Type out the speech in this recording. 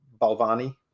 Balvani